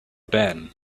ben